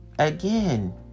Again